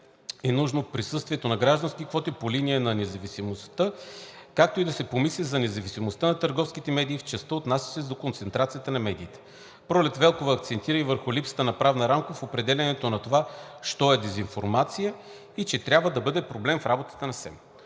е нужно присъствието на граждански квоти по линия на независимостта, както и да се помисли за независимостта на търговските медии в частта, отнасяща се до концентрацията на медиите. Пролет Велкова акцентира и върху липсата на правна рамка в определянето на това що е дезинформация и че това може да бъде проблем в работата на СЕМ.